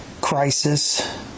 crisis